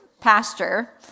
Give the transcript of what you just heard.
pasture